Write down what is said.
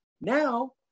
Now